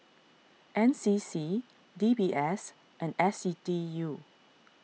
N C C D B S and S D U